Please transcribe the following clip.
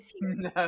No